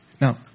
Now